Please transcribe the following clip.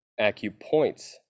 acupoints